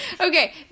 Okay